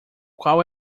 qual